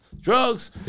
Drugs